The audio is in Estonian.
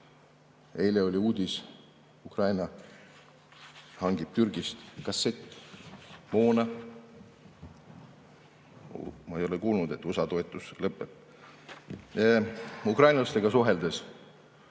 Eile oli uudis, et Ukraina hangib Türgist kassettmoona. Ma ei ole kuulnud, et USA toetus lõpeks. Ukrainlastega suheldes